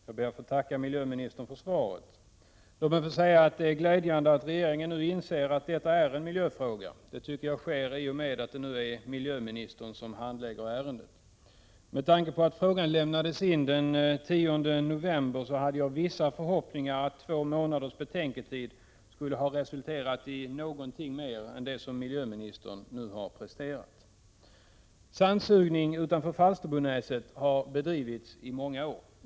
Herr talman! Jag tackar miljöministern för svaret. Låt mig få säga att det är glädjande att regeringen nu inser att detta är en miljöfråga; det tycker jag sker i och med att det nu är miljöministern som handlägger ärendet. Men med tanke på att frågan lämnades in den 10 november hade jag vissa förhoppningar om att två månaders betänketid skulle ha resulterat i något mer än det som miljöministern nu har presterat. Sandsugning utanför Falsterbonäset har bedrivits i många år.